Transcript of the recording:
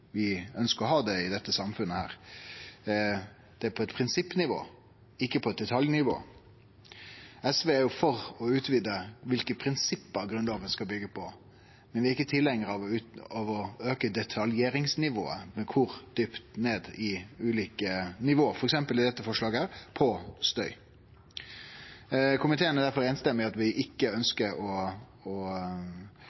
å ha det i dette samfunnet – det er på eit prinsippnivå, ikkje på eit detaljnivå. SV er for å utvide kva prinsipp Grunnlova skal byggje på, men vi er ikkje tilhengarar av å auke detaljeringsnivået, kor djupt ned ein skal gå på ulike nivå – f.eks. som i dette forslaget, om støy. Komiteen er difor samrøystes i at han ikkje